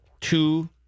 two